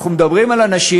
אנחנו מדברים על אנשים,